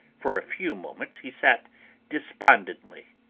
for a few moments he sat despondently.